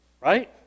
right